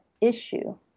issue